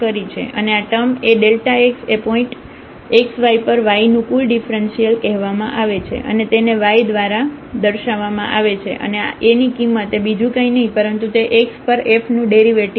અને આ term A x એ પોઇન્ટ x y પર Y નું કુલ ડિફરન્સીયલ કહેવામાં આવે છે અને તેને y દ્વારા દર્શાવવામાં આવે છે અને A ની કિંમત એ બીજું કઈ નહિ પરંતુ તે x પર f નું ડેરિવેટિવ છે